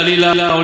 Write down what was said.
חלילה.